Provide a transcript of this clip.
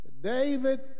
David